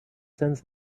sends